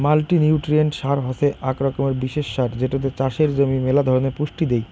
multinutrient সার হসে আক রকমের বিশেষ সার যেটোতে চাষের জমি মেলা ধরণের পুষ্টি দেই